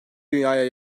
dünyaya